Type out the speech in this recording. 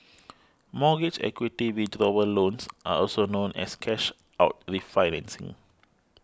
mortgage equity withdrawal loans are also known as cash out refinancing